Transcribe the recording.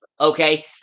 Okay